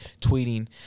tweeting